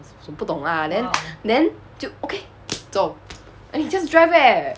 不懂啦 then then 就 okay 走 and he just drive leh